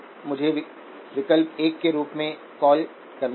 मुझे विकल्प 1 के रूप में कॉल करने दें